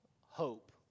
hope